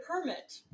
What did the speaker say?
permit